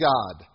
God